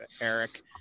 Eric